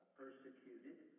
persecuted